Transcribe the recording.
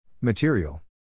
Material